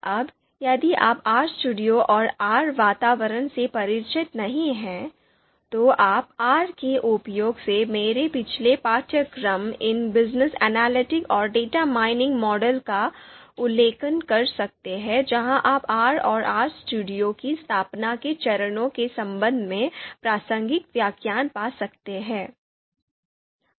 अब यदि आप RStudio और R वातावरण से परिचित नहीं हैं तो आप R के उपयोग से मेरे पिछले पाठ्यक्रम ing Business Analytics और Data Mining Modeling का उल्लेख कर सकते हैं जहाँ आप R और RStudio की स्थापना के चरणों के संबंध में प्रासंगिक व्याख्यान पा सकते हैं